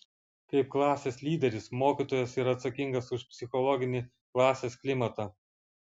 kaip klasės lyderis mokytojas yra atsakingas už psichologinį klasės klimatą